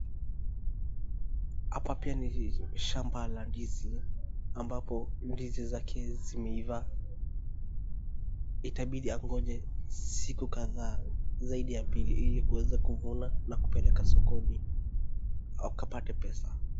Hapa pia ni shamba la ndizi ambapo ndizi zake zimeiva. Itabidi angoje siku kadhaa zaidi ya mbili ili kuweza kuvuna na kupeleka sokoni akapate pesa.